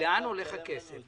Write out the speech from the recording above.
לאן הולך הכסף.